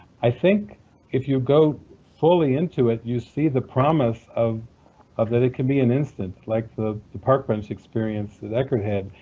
i think if you go fully into it, you see the promise of of that it can be an instant, like the the park bench experience that eckhart had.